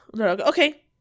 Okay